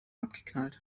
abgeknallt